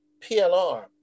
PLR